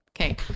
okay